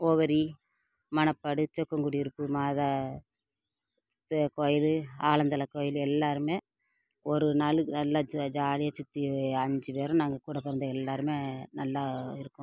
உவரி மணப்பாடு சொக்கன் குடியிருப்பு மாதா கோவிலு ஆலந்தலை கோவிலு எல்லோருமே ஒரு ஒரு நாளுக்கு நல்லா ஜாலியாக சுற்றி ஐஞ்சுப் பேரும் நாங்கள் கூட பிறந்த எல்லோருமே நல்லா இருப்போம்